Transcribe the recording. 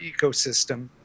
ecosystem